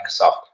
Microsoft